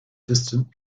distant